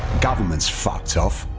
government's fucked off,